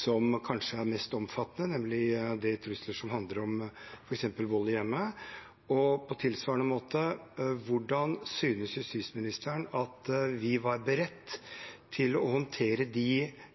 som kanskje er mest omfattende, nemlig de truslene som handler om f.eks. vold i hjemmet? Og på tilsvarende måte, hvordan synes justisministeren vi var beredt til å håndtere de